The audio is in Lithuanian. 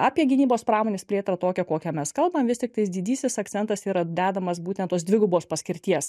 apie gynybos pramonės plėtrą tokią kokią mes kalbam vis tiktais didysis akcentas yra dedamas būtent tos dvigubos paskirties